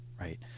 right